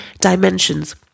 dimensions